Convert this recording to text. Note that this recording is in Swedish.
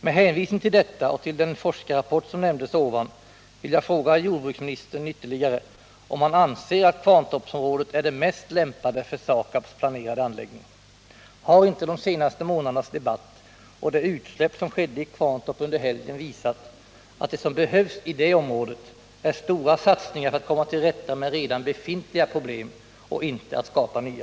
Med hänvisning till detta och till den forskarrapport som jag nämnde vill jag fråga jordbruksministern ytterligare en gång om han anser att Kvarntorpsområdet är det mest lämpade för SAKAB:s planerade anläggning. Har inte de senaste månadernas debatt och det utsläpp som skedde i Kvarntorp under helgen visat att det som behövs i det området är stora satsningar för att komma till rätta med redan befintliga problem, inte att skapa nya?